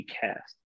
cast